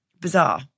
bizarre